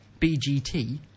BGT